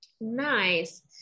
nice